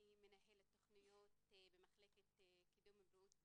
אני מנהלת תכניות במחלקת קידום בריאות באג'יק,